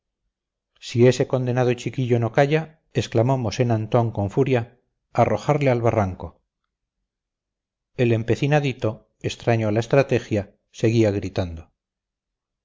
si ese condenado chiquillo no calla exclamó mosén antón con furia arrojarle al barranco el empecinadito extraño a la estrategia seguía gritando